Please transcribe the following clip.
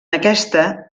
aquesta